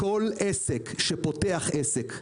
כל עסק שפותח עסק,